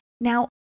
Now